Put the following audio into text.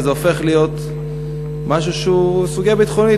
אז זה הופך להיות משהו שהוא סוגיה ביטחונית,